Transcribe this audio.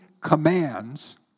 commands